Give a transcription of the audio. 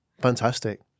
Fantastic